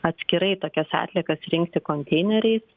atskirai tokias atliekas rinkti konteineriais